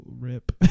rip